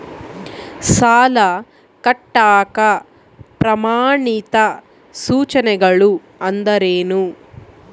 ಸಾಲ ಕಟ್ಟಾಕ ಪ್ರಮಾಣಿತ ಸೂಚನೆಗಳು ಅಂದರೇನು?